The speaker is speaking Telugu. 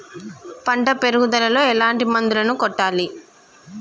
పంట పెరుగుదలలో ఎట్లాంటి మందులను కొట్టాలి?